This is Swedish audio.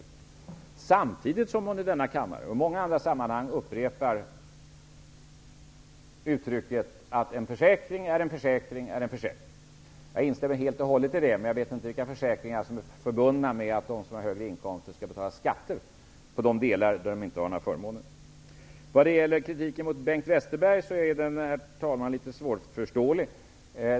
Det hävdar hon samtidigt som hon i denna kammare, och i många andra sammanhang, upprepar uttrycket ''en försäkring är en försäkring är en försäkring''. Jag instämmer helt och hållet i detta uttryck, men jag vet inte vilka försäkringar som är förbundna med att de som har högre inkomster skall betala skatter på de delar där de inte har några förmåner. Kritiken mot Bengt Westerberg är litet svårförståelig.